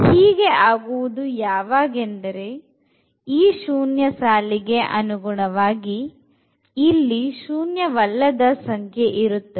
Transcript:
ಹೀಗೆ ಆಗುವುದು ಯಾವಾಗೆಂದರೆ ಈ ಶೂನ್ಯ ಸಾಲಿಗೆ ಅನುಗುಣವಾಗಿ ಇಲ್ಲಿ ಶೂನ್ಯವಲ್ಲದ ಸಂಖ್ಯೆ ಇರುತ್ತದೆ